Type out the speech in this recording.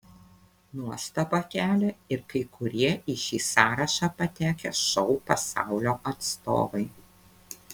nuostabą kelia ir kai kurie į šį sąrašą patekę šou pasaulio atstovai